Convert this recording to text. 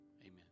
Amen